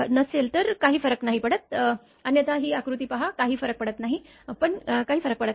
नसेल तर काही फरक पडत नाही अन्यथा ही आकृती पहा काही फरक पडत नाही पण काही फरक पडत नाही